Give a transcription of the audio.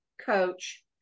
coach